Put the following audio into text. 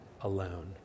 alone